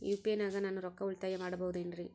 UPI ನಾಗ ನಾನು ರೊಕ್ಕ ಉಳಿತಾಯ ಮಾಡಬಹುದೇನ್ರಿ?